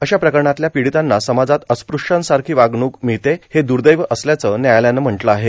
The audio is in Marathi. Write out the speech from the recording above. अशा प्रकरणातल्या पीडितांना समाजात अस्पृश्यासारखी वागणूक मिळणं हे द्र्देवी असल्याचं न्यायालयानं म्हटलं आहे